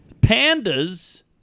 Pandas